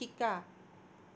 শিকা